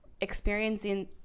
experiencing